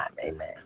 Amen